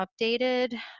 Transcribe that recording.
updated